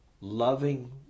loving